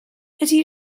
ydy